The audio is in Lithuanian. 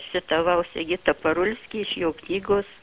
citavau sigitą parulskį iš jo knygos